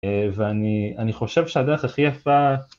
ואני, אני חושב שהדרך הכי יפה...